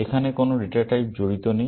এখানে কোন data type জড়িত নেই